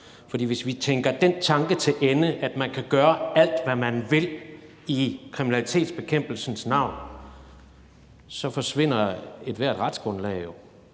for hvis vi tænker den tanke til ende, at man kan gøre alt, hvad man vil, i kriminalitetsbekæmpelsens navn, så forsvinder ethvert retsgrundlag